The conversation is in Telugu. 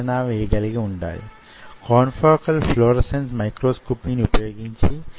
ఈ మాస్క్ ని ఇప్పుడు ఒక చోట ఉంచి లేజర్ లేక ఎచ్చింగ్ పద్ధతులు ఉపరితలం మీద ఉపయోగించాలి